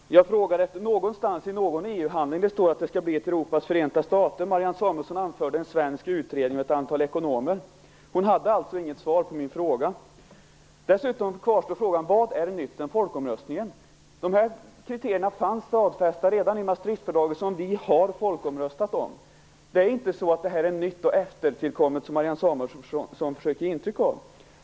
Herr talman! Jag frågade var någonstans i någon EU-handling det står att det skall bli ett Europas förenta stater. Marianne Samuelsson anförde en svensk utredning gjord av ett antal ekonomer. Hon hade alltså inget svar på min fråga. Dessutom kvarstår frågan: Vad är nytt sedan folkomröstningen? Kriterierna fanns stadfästa redan i Maastrichtfördraget, som vi har folkomröstat om. Det är inte så att detta är nytt och tillkommet i efterhand som Marianne Samuelsson försöker ge intryck av.